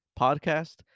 podcast